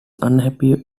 unhappy